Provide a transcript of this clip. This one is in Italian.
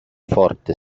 forte